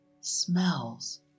smells